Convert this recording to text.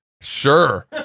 sure